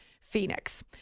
Phoenix